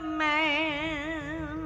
man